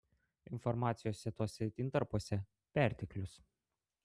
informacijos tuose intarpuose perteklius